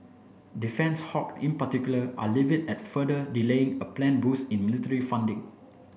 defence hawk in particular are livid at further delaying a planned boost in military funding